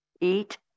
Eat